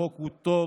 החוק הוא טוב,